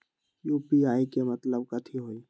UPI के मतलब कथी होई?